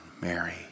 Mary